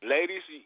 Ladies